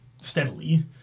steadily